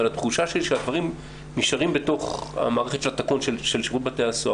אבל התחושה שלי שהדברים נשארים בתוך המערכת --- של שירות בתי הסוהר,